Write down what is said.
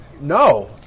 no